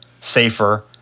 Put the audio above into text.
safer